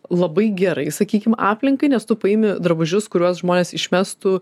labai gerai sakykim aplinkai nes tu paimi drabužius kuriuos žmonės išmestų